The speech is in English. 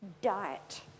diet